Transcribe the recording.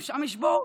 גם שם יש בור,